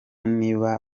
niba